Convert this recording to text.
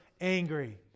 angry